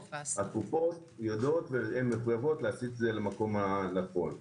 הקופות יודעות ומחויבות להסיט את זה למקום הנכון.